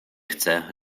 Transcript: chce